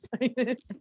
excited